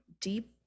deep